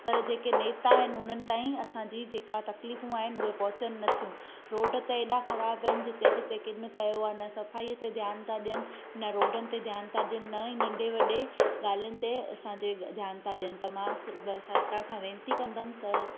पर जेके नेता आहिनि हुननि ताईं असांजी जेका तकलीफ़ूं आहिनि उहे पोहचनि नथियूं रोड त हेॾा ख़राब आहिनि जिते किन पयो आहे न सफ़ाईअ ते ध्यान था ॾियनि न रोडनि ते ध्यान था ॾेअनि न इहो नंॾे वॾे ॻाल्हियुनि ते असांजे ध्यान था ॾियनि त मां ब सरकार खां वेनिती कंदमि त